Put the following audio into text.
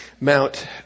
Mount